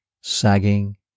sagging